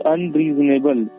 Unreasonable